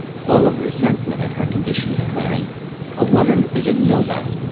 full of resentment at her condition, declaring a woman is a nobody.